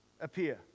appear